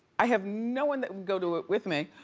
i have no one that would go to it with me,